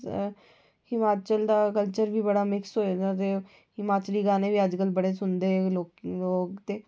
हिमाचल दा कल्चर बी बड़ा मिक्स होए दा ऐ हिमाचली गाने बी बड़े सुनदे लोक अज्ज कल ते